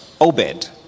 Obed